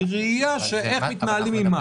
בראייה איך מתנהלים עם מס.